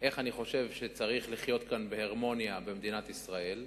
איך אני חושב שצריך לחיות כאן בהרמוניה במדינת ישראל.